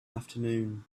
afternoon